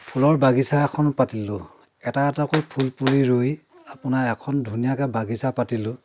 ফুলৰ বাগিচা এখন পাতিলোঁ এটা এটাকৈ ফুল পুলি ৰুই আপোনাৰ এখন ধুনীয়াকৈ বাগিচা পাতিলোঁ